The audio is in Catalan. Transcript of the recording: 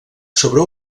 sobre